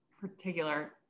particular